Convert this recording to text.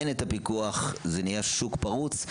אין את הפיקוח, זה נהיה שוק פרוץ.